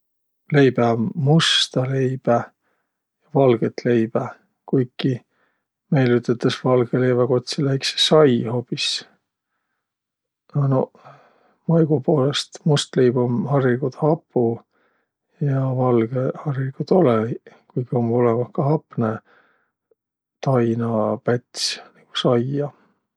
Leibä um musta leibä, valgõt leibä, kuiki meil üteldäs valgõ leevä kotsilõ iks sai hoobis. A noq maigu poolõst must leib um hariligult hapu ja valgõ hariligult olõ-õiq. Kuiki um olõmah ka hapnõtainapäts, nigu saia.